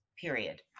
period